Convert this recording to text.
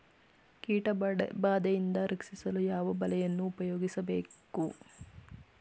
ಕೀಟಬಾದೆಯಿಂದ ರಕ್ಷಿಸಲು ಯಾವ ಬಲೆಯನ್ನು ಉಪಯೋಗಿಸಬೇಕು?